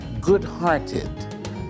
good-hearted